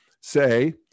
say